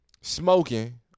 smoking